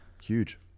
Huge